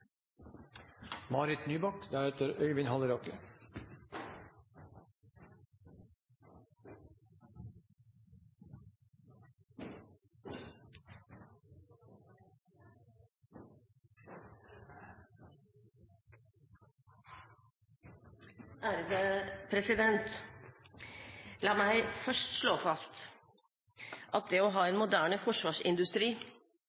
La meg først slå fast at det å ha